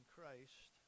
Christ